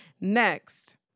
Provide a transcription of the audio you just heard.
Next